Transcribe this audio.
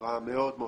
הבהרה מאוד מאוד